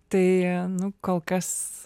tai nu kol kas